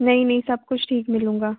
ਨਹੀਂ ਨਹੀਂ ਸਭ ਕੁਛ ਠੀਕ ਮਿਲੇਗਾ